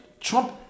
Trump